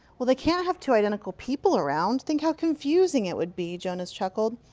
well, they can't have two identical people around! think how confusing it would be! jonas chuckled.